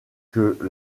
que